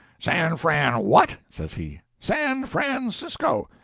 san fran what? says he. san francisco.